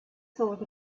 thought